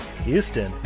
Houston